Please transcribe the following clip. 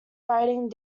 writing